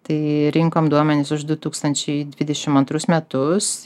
tai rinkom duomenis už du tūkstančiai dvidešim antrus metus